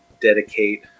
dedicate